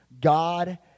God